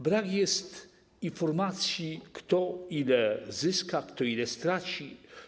Brak informacji, kto ile zyska, kto ile straci.